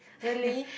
really